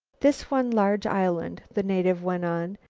this one large island, the native went on,